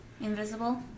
Invisible